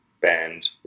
band